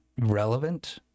relevant